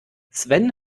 sven